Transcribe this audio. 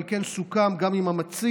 ועל כן סוכם גם עם המציע